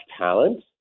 talent